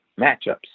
matchups